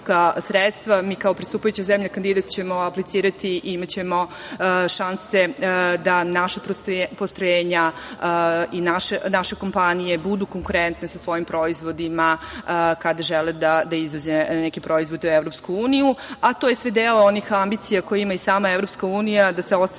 Mi kao pristupajuća zemlja kandidat ćemo aplicirati i imaćemo šanse da naša postrojenja i naše kompanije budu konkurentne sa svojim proizvodima kada žele da izvoze neke proizvode u EU. To je sve deo onih ambicija koje ima i sama EU, da se ostvari